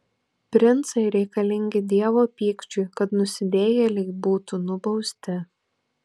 princai reikalingi dievo pykčiui kad nusidėjėliai būtų nubausti